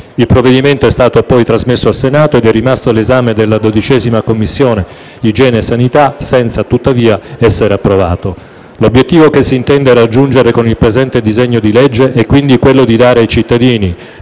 Il provvedimento è stato poi trasmesso al Senato ed è rimasto all'esame della 12a Commissione (igiene e sanità) senza, tuttavia, essere approvato. L'obiettivo che si intende raggiungere con il presente disegno di legge è quindi quello di dare ai cittadini,